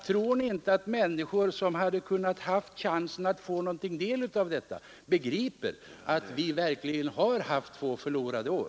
Tror ni inte att de människor som kunde ha haft chans att få del av detta begriper att vi verkligen har haft två förlorade år?